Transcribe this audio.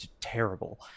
terrible